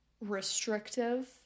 restrictive